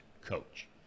coach